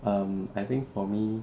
um I think for me